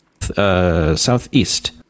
southeast